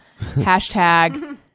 hashtag